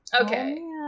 Okay